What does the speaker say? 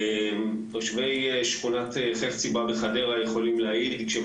תושבי שכונת חפציבה בחדרה יכולים להעיד כשהם